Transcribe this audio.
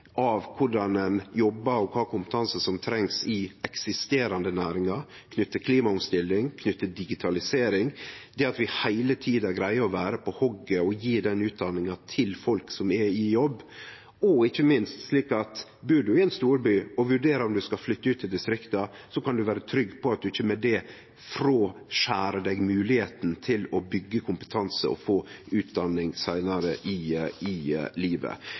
av korleis ein jobbar og kva kompetanse som trengst i eksisterande næringar, knytt til klimaomstilling, knytt til digitalisering. Vi må heile tida greie å vere på hogget og gje den utdanninga til folk som er i jobb, ikkje minst slik at bur ein i ein storby og vurderer om ein skal flytte ut i distrikta, kan ein vere trygg på at ein ikkje med det fråskriv seg moglegheita til å byggje kompetanse og få utdanning seinare i livet.